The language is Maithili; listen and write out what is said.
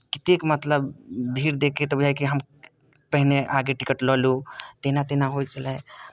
ततेक मतलब भीड़ देखि कऽ तऽ बुझाय कि हम पहिने आगे टिकट लऽ लू तेना तेना होइ छलै